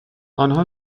آنها